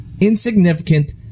insignificant